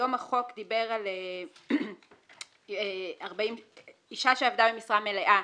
היום החוק דיבר על אישה שעבדה במשרה מלאה